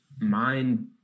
mind